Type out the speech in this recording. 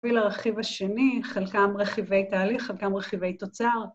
‫כפיל הרכיב השני, חלקם רכיבי תהליך, ‫חלקם רכיבי תוצר.